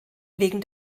wegen